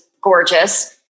gorgeous